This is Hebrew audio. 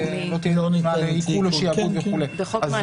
לא ניתנת לעיקול או שיעבוד וכו'" גמלת כסף בחוק הביטוח הלאומי --- כן,